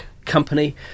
company